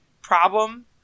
problem